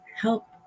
help